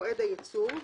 מועד הייצור.